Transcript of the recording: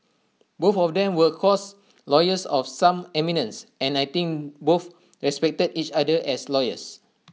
both of them were of course lawyers of some eminence and I think both respected each other as lawyers